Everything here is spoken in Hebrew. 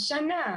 השנה,